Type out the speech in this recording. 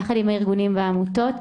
יחד עם הארגונים והעמותות,